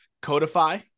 Codify